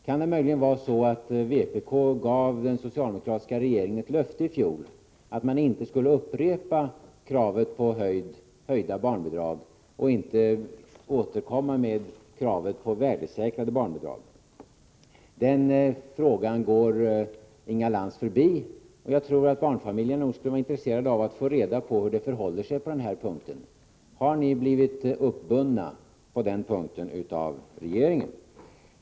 Kan det möjligen vara så, att vpk gav den socialdemokratiska regeringen ett löfte i fjol om att man inte skulle upprepa kravet på höjda barnbidrag och inte återkomma med kravet på värdesäkrade barnbidrag? Den frågan går Inga Lantz förbi, men jag tror att barnfamiljerna skulle vara intresserade av att få reda på hur det förhåller sig på den punkten. Har ni blivit uppbundna av regeringen på den punkten?